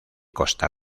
costa